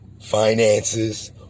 finances